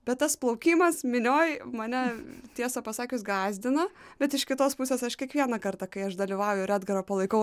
bet tas plaukimas minioj mane tiesą pasakius gąsdina bet iš kitos pusės aš kiekvieną kartą kai aš dalyvauju ir edgarą palaikau